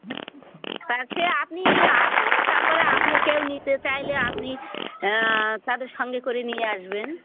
আছে আপনি আসুন তারপরে আপনার কেউ নিতে চাইলে আপনি তাদের সঙ্গে করে নিয়ে আসবেন